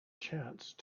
chance